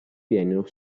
biennio